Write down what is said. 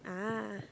ah